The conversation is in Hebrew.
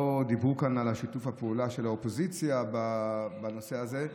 לא דיברו כאן על שיתוף הפעולה של האופוזיציה בנושא הזה.